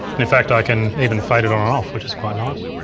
in fact i can even fade it on and off which is quite nice.